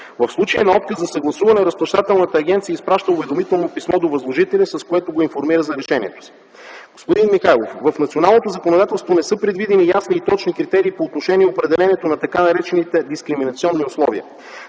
В случай на отказ за съгласуване Разплащателната агенция изпраща уведомително писмо до възложителя, с което го информира за решението си. Господин Михайлов, в националното законодателство не са предвидени ясни и точни критерии по отношение определението на така наречените дискриминационни условия.